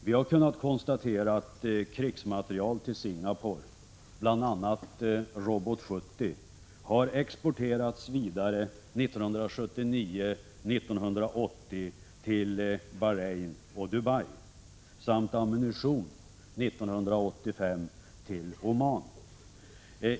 Vi har kunnat konstatera att krigsmateriel till Singapore, bl.a. Robot 70, har exporterats vidare 1979-1980 till Bahrain och Dubai, samt ammunition 1985 till Oman.